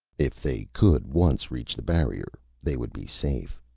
if they could once reach the barrier, they would be safe.